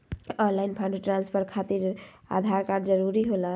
Online fund transfer खातिर Aadhaar card जरूरी होला?